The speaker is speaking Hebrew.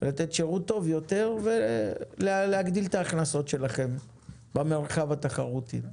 לתת שירות טוב יותר ולהגדיל את ההכנסות שלכם במרחב התחרותי.